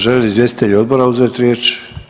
Žele li izvjestitelji odbora uzeti riječ?